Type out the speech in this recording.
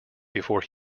before